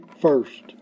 first